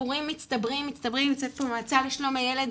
הסיפורים מצטברים במועצה לשלום הילד,